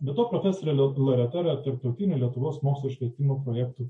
be to profesorė loreta yra tarptautinių lietuvos mokslo švietimo projektų